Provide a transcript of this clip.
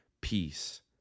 peace